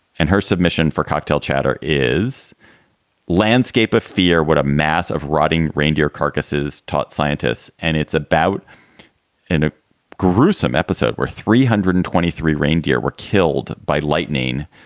and her submission for cocktail chatter is landscape of fear. what a mass of rotting reindeer carcasses taught scientists. and it's about in a gruesome episode where three hundred and twenty three reindeer were killed by lightning,